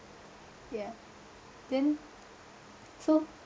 yeah then so